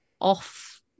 off